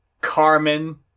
Carmen